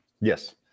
Yes